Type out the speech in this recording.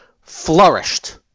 Flourished